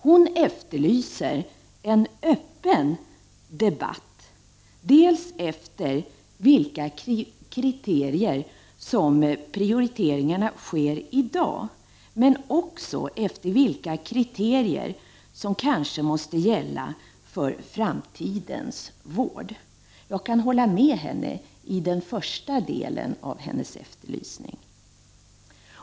Hon efterlyser en öppen debatt om dels vilka kriterier som gäller för prioriteringarna i dag, dels vilka kriterier som kanske måste gälla för framtidens vård. Jag kan hålla med henne när det gäller den första delen av hennes efterlys 21 ning.